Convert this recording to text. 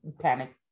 panic